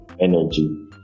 energy